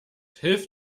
hilf